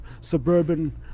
suburban